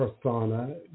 persona